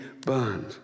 burned